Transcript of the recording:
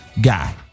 guy